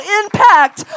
impact